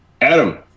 Adam